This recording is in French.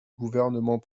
gouvernement